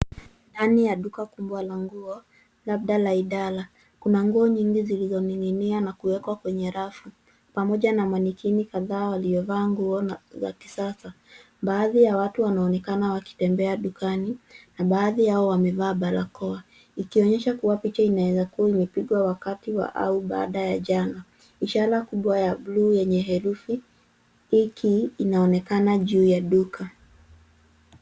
Ndani ya duka kubwa la nguo labda la idala, kuna nguo nyingi zilizoning'ia na kuwekwa kwenye rafu pamoja na manikini kadhaa waliovaa nguo za kisasa. Baadhi ya watu wanaonekana wakitembea dukani na baadhi yao wamevaa barakoa likionyesha kuwa picha inaeza kuwa imepigwa wakati wa au baada ya jana. Ishara kubwa ya buluu yenye herufi Hiki inaonekana juu ya duka.